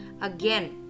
again